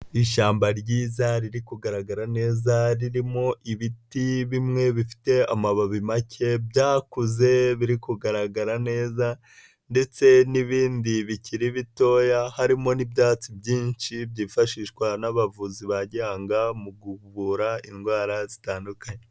Ishyamba ryiza, riri kugaragara neza, ririmo ibiti bimwe bifite amababi make, byakuze, biri kugaragara neza ndetse n'ibindi bikiri bitoya, harimo n'ibyatsi byinshi byifashishwa n'abavuzi ba gihangaga, mu kuvura indwara zitandukanye.